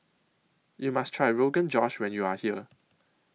YOU must Try Rogan Josh when YOU Are here